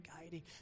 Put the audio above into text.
guiding